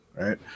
right